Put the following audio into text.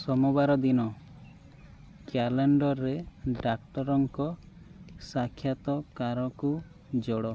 ସୋମବାର ଦିନ କ୍ୟାଲେଣ୍ଡରରେ ଡାକ୍ତରଙ୍କ ସାକ୍ଷାତକାରକୁ ଯୋଡ଼